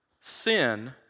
Sin